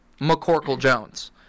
McCorkle-Jones